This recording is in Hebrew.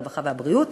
הרווחה והבריאות,